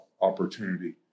opportunity